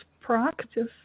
practice